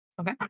Okay